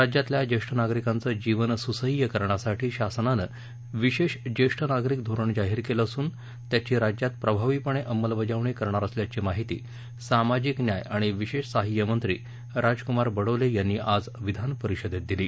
राज्यातील ज्येष्ठ नागरिकांचे जीवन सुसह्य करण्यासाठी शासनाने विशेष ज्येष्ठ नागरिक धोरण जाहीर केलं असून त्याची राज्यात प्रभावीपणे अंमलबजावणी करणार असल्याची माहिती सामाजिक न्याय आणि विशेष सहाय्य मंत्री राजकुमार बडोले यांनी आज विधानपरिषदेत दिली